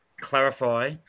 clarify